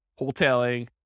wholesaling